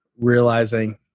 realizing